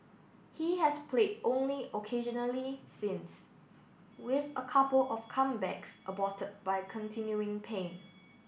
he has played only occasionally since with a couple of comebacks aborted by continuing pain